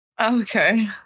Okay